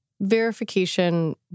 verification